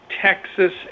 Texas